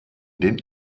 den